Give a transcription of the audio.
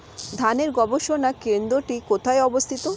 ধানের গবষণা কেন্দ্রটি কোথায় অবস্থিত?